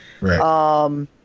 Right